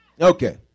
Okay